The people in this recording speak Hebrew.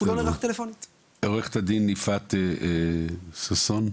עורכת הדין יפעת ששון,